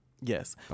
Yes